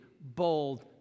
bold